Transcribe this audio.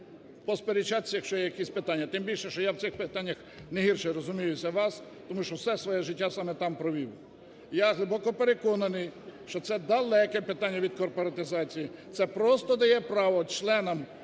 тому що все своє життя саме там провів. Я глибоко переконаний, що це далеке питання від корпоратизації, це просто дає право членам